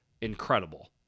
Incredible